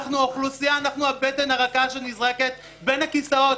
אנחנו אנחנו הבטן הרכה שנזרקת בין הכיסאות.